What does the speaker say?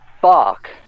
fuck